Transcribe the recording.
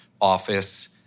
office